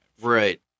Right